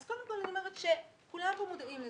אז קודם כול אני אומרת שכולם פה מודעים לזה.